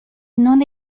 non